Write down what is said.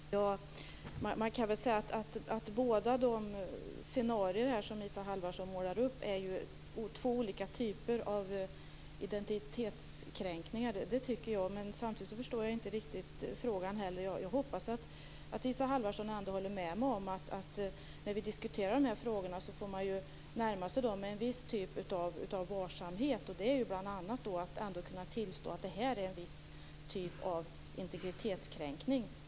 Fru talman! Man kan väl säga att de scenarion som Isa Halvarsson målar upp är två olika typer av integritetskränkningar. Det tycker jag. Samtidigt förstår jag inte riktigt frågan. Jag hoppas att Isa Halvarsson ändå håller med mig om att när man diskuterar dessa frågor får man närma sig dem med viss varsamhet. Bl.a. måste man kunna tillstå att det här handlar om en viss typ av integritetskränkning.